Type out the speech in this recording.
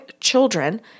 children